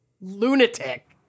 lunatic